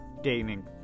dating